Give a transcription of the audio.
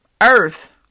earth